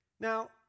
Now